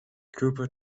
cooper